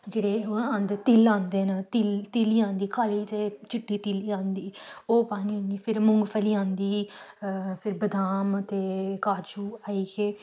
जेह्ड़े ओह् आंदे तिल आंदे न तिल तिली आंदी काली ते चिट्टी तिली आंदी ओह् पान्नी होन्नी फिर मुंगफली आंदी फिर बदाम ते काजू आई गे